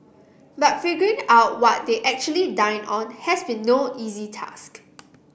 but figuring out what they actually dined on has been no easy task